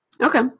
Okay